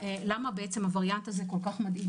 למה הווריאנט הזה מדאיג אותנו כל כך?